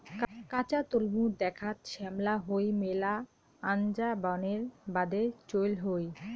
কাঁচা তলমু দ্যাখ্যাত শ্যামলা হই মেলা আনজা বানের বাদে চইল হই